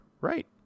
Right